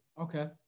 Okay